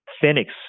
Phoenix